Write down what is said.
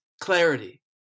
clarity